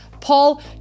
Paul